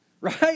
Right